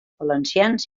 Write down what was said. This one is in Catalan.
valencians